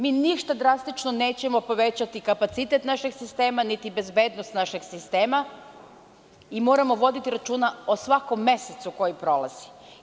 Mi ništa drastično nećemo povećati kapacitet našeg sistema, niti bezbednost našeg sistema i moramo voditi računa o svakom mesecu koji prolazi.